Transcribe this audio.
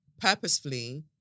purposefully